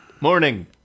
Morning